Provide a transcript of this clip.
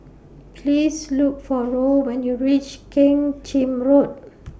Please Look For Roll when YOU REACH Keng Chin Road